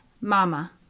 mama